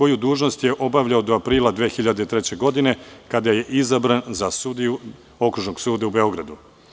Dužnost je obavljao doaprila 2003. godine, kada je izabran za sudiju Okružnog suda u Beogradu.